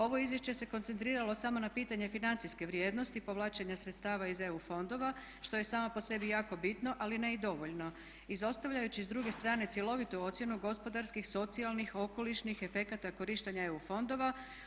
Ovo izvješće se koncentriralo samo na pitanje financijske vrijednosti i povlačenja sredstava iz EU fondova što je samo po sebi jako bitno ali ne i dovoljno izostavljajući s druge strane cjelovitu ocjenu gospodarskih, socijalnih, okolišnih, efekata korištenja EU fondova.